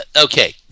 okay